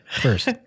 first